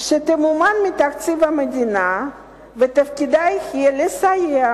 שתמומן מתקציב המדינה ותפקידה יהיה לסייע